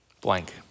blank